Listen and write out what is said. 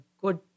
good